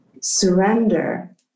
surrender